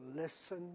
listen